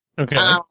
okay